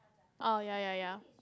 oh ya ya ya